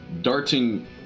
darting